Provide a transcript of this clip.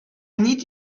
need